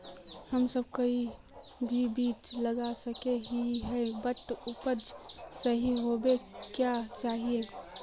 हम सब कोई भी बीज लगा सके ही है बट उपज सही होबे क्याँ चाहिए?